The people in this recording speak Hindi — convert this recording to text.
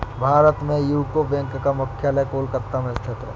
भारत में यूको बैंक का मुख्यालय कोलकाता में स्थित है